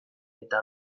eta